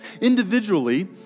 Individually